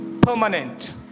permanent